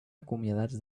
acomiadats